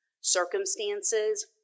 circumstances